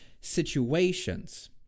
situations